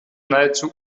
nahezu